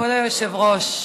כבוד היושב-ראש,